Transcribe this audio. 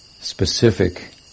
specific